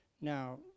Now